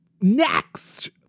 Next